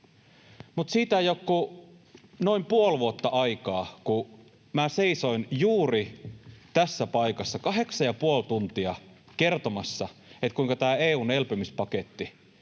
Mutta siitä ei ole kuin noin puoli vuotta aikaa, kun minä seisoin juuri tässä paikassa kahdeksan ja puoli tuntia kertomassa, kuinka tämä EU:n elpymispaketti